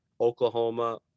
Oklahoma